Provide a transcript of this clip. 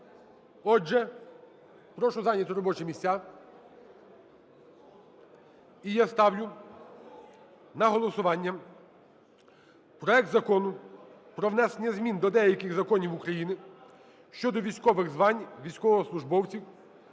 Отже, прошу зайняти робочі місця. І я ставлю на голосування проект Закону про внесення змін до деяких законів України щодо військових звань військовослужбовців